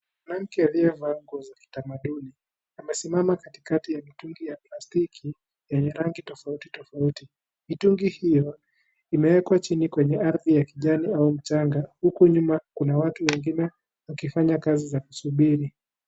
Mwanamke aliyevaa nguo za kitamaduni, amesimama katikati ya mitungi ya plastiki, yenye rangi tofauti. Mitungi hiyo imewekwa chini penye ardhi ya rangi ya kijani au mchanga, huku nyuma kuna watu wengine wanafanya kazi za kusubiri.